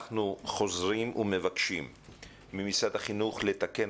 אנחנו חוזרים ומבקשים ממשרד החינוך לתקן